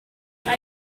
hij